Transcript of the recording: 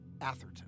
Atherton